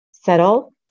settle